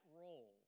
role